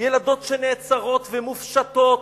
ילדות שנעצרות ומופשטות.